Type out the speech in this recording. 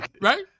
Right